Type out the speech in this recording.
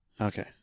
okay